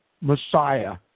Messiah